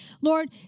Lord